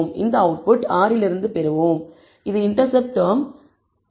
இந்த அவுட்புட்டை R இலிருந்து பெறுவோம் இது இண்டெர்செப்ட் டெர்ம் 24